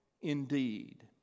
indeed